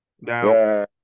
Now